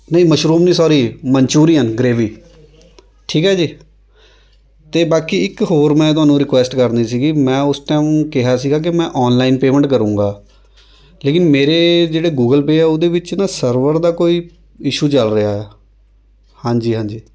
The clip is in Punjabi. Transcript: ਨਹੀਂ ਮਸ਼ਰੂਮ ਨਹੀਂ ਸੌਰੀ ਮਨਚੁਰੀਅਨ ਗ੍ਰੇਵੀ ਠੀਕ ਹੈ ਜੀ ਅਤੇ ਬਾਕੀ ਇੱਕ ਹੋਰ ਮੈਂ ਤੁਹਾਨੂੰ ਰਿਕੁਐਸਟ ਕਰਨੀ ਸੀਗੀ ਮੈਂ ਉਸ ਟਾਈਮ ਕਿਹਾ ਸੀਗਾ ਕਿ ਮੈਂ ਔਨਲਾਈਨ ਪੇਮੈਂਟ ਕਰੂੰਗਾ ਲੇਕਿਨ ਮੇਰੇ ਜਿਹੜੇ ਗੂਗਲ ਪੇ ਹੈ ਉਹਦੇ ਵਿੱਚ ਨਾ ਸਰਵਰ ਦਾ ਕੋਈ ਇਸ਼ੂ ਚੱਲ ਰਿਹਾ ਹਾਂਜੀ ਹਾਂਜੀ